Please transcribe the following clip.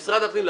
משרד הפנים,